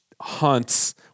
hunts